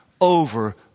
over